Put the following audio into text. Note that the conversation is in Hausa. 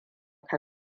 ka